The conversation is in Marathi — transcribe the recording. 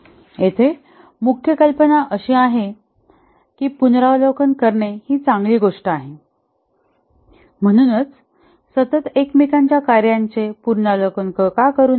येथे मुख्य कल्पना अशी आहे की पुनरावलोकन करणे ही चांगली गोष्ट आहे म्हणूनच सतत एकमेकांच्या कार्याचे पुनरावलोकन का करू नये